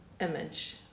image